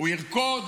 הוא ירקוד,